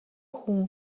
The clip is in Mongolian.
хүн